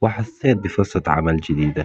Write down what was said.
وحسيت بفرصة عمل جديدة.